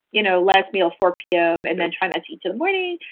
you know last meal four pm and then try not to eat til morning.